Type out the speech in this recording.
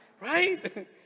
Right